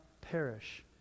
perish